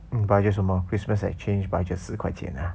你 budget 什么 christmas exchange 四块钱 ah